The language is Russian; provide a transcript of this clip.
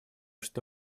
что